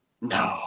No